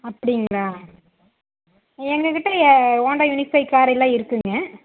அப்படிங்களா எங்கள் கிட்டே ஹோண்டா யூனிசெக் காரெல்லாம் இருக்குதுங்க